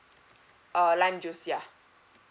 uh lime juice ya